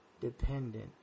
dependent